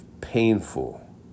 painful